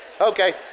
okay